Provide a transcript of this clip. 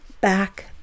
back